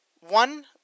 One